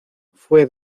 fue